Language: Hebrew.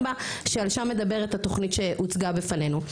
שעל שם מדברת התוכנית שהוצגה בפנינו,